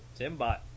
Timbot